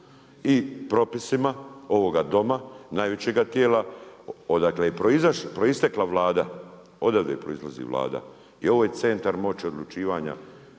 i propisima ovoga Doma, najvećega tijela odakle je proistekla Vlada, odavde proizlazi Vlada i ovo je centar moći odlučivanja,